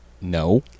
no